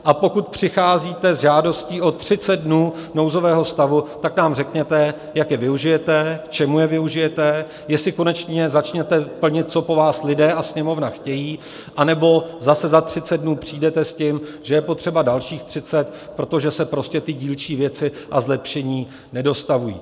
A pokud přicházíte s žádostí o třicet dnů nouzového stavu, tak nám řekněte, jak je využijete, k čemu je využijete, jestli konečně začnete plnit, co po vás lidé a Sněmovna chtějí, anebo zase za třicet dnů přijdete s tím, že je potřeba dalších třicet, protože se prostě ty dílčí věci a zlepšení nedostavují.